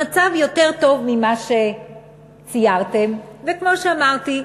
המצב יותר טוב ממה שציירתם, וכמו שאמרתי,